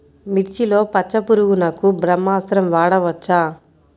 మిర్చిలో పచ్చ పురుగునకు బ్రహ్మాస్త్రం వాడవచ్చా?